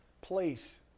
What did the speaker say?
place